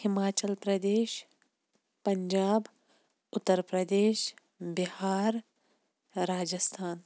Himachal Pradesh Punjab Uttar Pradesh Bihar Rajasthan